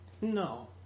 No